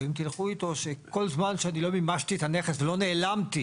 אם תלכו איתו שכל זמן שאני לא מימשתי את הנכס ולא נעלמתי,